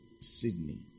Sydney